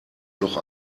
noch